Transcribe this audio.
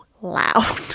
loud